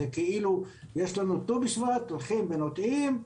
זה כאילו יש לנו ט"ו בשבט הולכים ונוטעים,